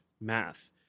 math